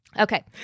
Okay